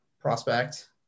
prospect